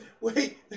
wait